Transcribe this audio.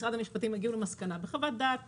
משרד המשפטים הגיעו למסקנה בחוות דעת